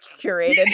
curated